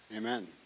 Amen